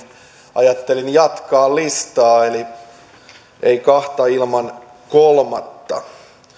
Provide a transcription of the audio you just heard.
ajattelin jatkaa listaa eli ei kahta ilman kolmatta